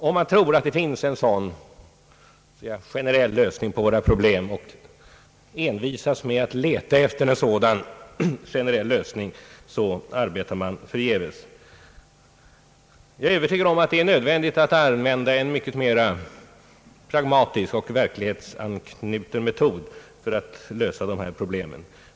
Om man tror att det finns en sådan generell lösning på våra problem och envisas med att leta efter den, arbetar man förgäves. Jag är övertygad om att det i stället är nödvändigt att använda en mycket mera pragmatisk och verklighetsanknuten metod för att lösa detta problem.